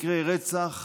מקרי רצח